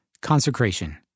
consecration